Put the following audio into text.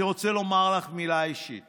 אני רוצה לומר לך מילה אישית